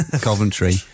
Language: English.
Coventry